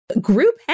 group